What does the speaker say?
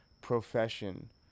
profession